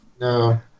no